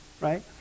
right